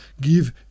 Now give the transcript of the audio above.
give